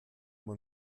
man